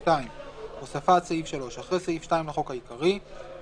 2. הוספת סעיף 3. אחרי סעיף 2 לחוק העיקרי יבוא: